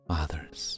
others